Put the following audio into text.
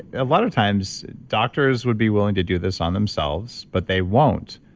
a lot of times, doctors would be willing to do this on themselves, but they won't,